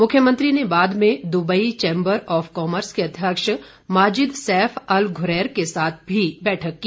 मुख्यमंत्री ने बाद में दुबई चैम्बर ऑफ कॉमर्स के अध्यक्ष माजिद सेफ अल घुरैर के साथ भी बैठक की